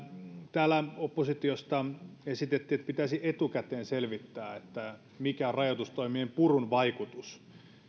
täällä oppositiosta esitettiin että pitäisi etukäteen selvittää mikä on rajoitustoimien purun vaikutus